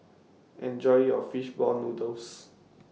Enjoy your Fish Ball Noodles